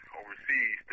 overseas